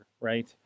right